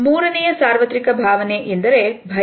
ಮೂರನೆಯ ಸಾರ್ವತ್ರಿಕ ಭಾವನೆ ಎಂದರೆ ಭಯ